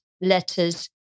letters